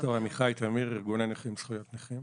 ד"ר עמיתי תמיר, ארגון הנכים זכויות נכים.